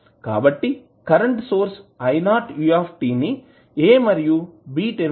కాబట్టి current source I0 u ని a మరియు b టెర్మినల్ మధ్య కలిపివుంచుదాం